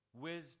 Wisdom